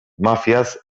mafiaz